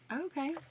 Okay